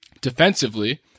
defensively